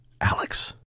Alex